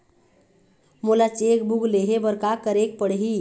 मोला cheque book लेहे बर का केरेक पढ़ही?